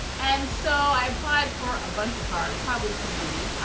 and so i applied for a bunch of cards, probably too many,